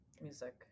music